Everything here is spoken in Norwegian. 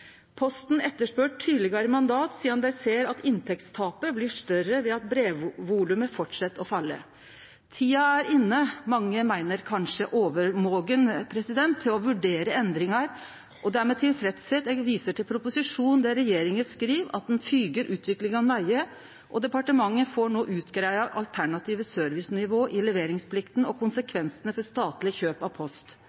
Posten etterspør tydelegare mandat, sidan dei ser at inntektstapet blir større ved at brevvolumet fortset å falle. Tida er inne, mange meiner kanskje overmogen, til å vurdere endringar, og det er med tilfredsheit eg viser til proposisjonen der regjeringa skriv at ein følgjer utviklinga nøye, og at departementet no får greidd ut alternative servicenivå i leveringsplikta og